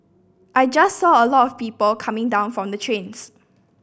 I just saw a lot of people coming down from the trains